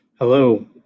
Hello